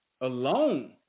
alone